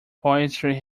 poetry